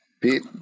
Pete